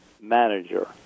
manager